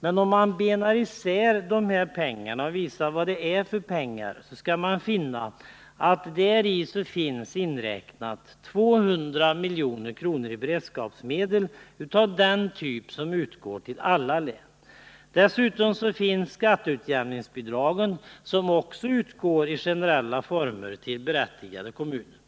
men om man benar isär begreppen och visar vilka pengar det är fråga om, finner man att det är inräknat 200 milj.kr. i beredskapsmedel av den typ som utgår till alla län. Dessutom finns skatteutjämningsbidragen, som också utgår i generella former till berättigade kommuner.